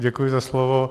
Děkuji za slovo.